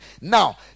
Now